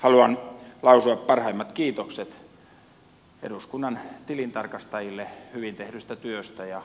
haluan lausua parhaimmat kiitokset eduskunnan tilintarkastajille hyvin tehdystä työstä ja